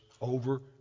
over